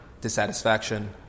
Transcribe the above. dissatisfaction